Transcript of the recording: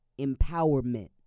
empowerment